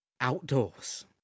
Outdoors